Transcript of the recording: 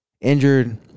injured